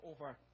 over